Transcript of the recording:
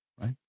Right